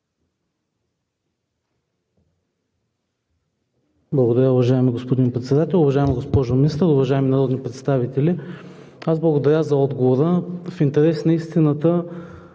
Благодаря, уважаеми господин Председател. Уважаема госпожо Министър, уважаеми народни представители! Аз благодаря за отговора. В интерес на истината